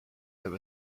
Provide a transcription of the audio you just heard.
there